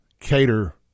cater